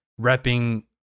repping